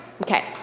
Okay